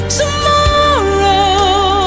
tomorrow